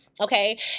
Okay